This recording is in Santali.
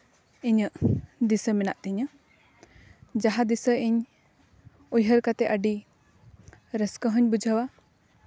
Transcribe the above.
ᱤᱧᱟᱹᱜ ᱫᱤᱥᱟᱹ ᱢᱮᱱᱟᱜ ᱛᱤᱧᱟᱹ ᱡᱟᱦᱟᱸ ᱫᱤᱥᱟᱹ ᱤᱧ ᱩᱭᱦᱟᱹᱨ ᱠᱟᱛᱮᱫ ᱟᱹᱰᱤ ᱨᱟᱹᱥᱠᱟᱹ ᱦᱚᱧ ᱵᱩᱡᱷᱟᱹᱣᱟ